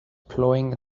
plowing